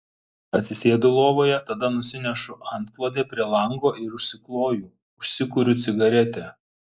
atsisėdu lovoje tada nusinešu antklodę prie lango ir užsikloju užsikuriu cigaretę